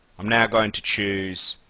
i'm now going to choose